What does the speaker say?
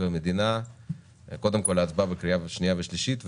המדינה להצבעה בקריאה שנייה ושלישית,